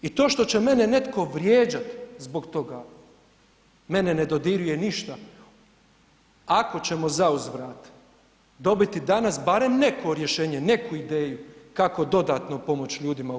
I to što će mene netko vrijeđat zbog toga mene ne dodiruje ništa, ako ćemo zauzvrat dobiti danas barem neko rješenje, neku ideju kako dodatno pomoć ljudima u RH.